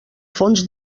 fons